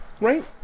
right